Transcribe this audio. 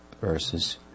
verses